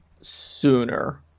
sooner